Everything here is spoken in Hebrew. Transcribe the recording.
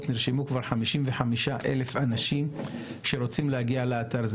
נרשמו כבר 55,000 אנשים שרוצים להגיע לאתר.